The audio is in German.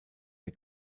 der